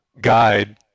guide